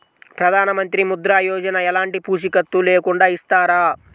ప్రధానమంత్రి ముద్ర యోజన ఎలాంటి పూసికత్తు లేకుండా ఇస్తారా?